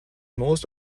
most